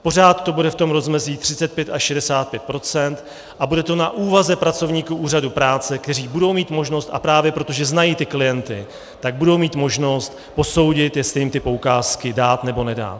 Pořád to bude v rozmezí 35 až 65 % a bude to na úvaze pracovníků úřadů práce, kteří budou mít možnost, a právě proto, že znají klienty, budou mít možnost posoudit, jestli jim ty poukázky dát nebo nedat.